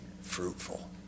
fruitful